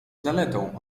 zaletą